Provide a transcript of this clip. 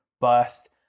bust